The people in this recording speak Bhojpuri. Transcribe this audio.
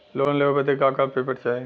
लोन लेवे बदे का का पेपर चाही?